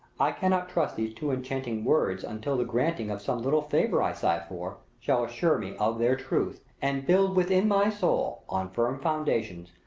i cannot trust these too enchanting words until the granting of some little favour i sigh for, shall assure me of their truth and build within my soul, on firm foundations,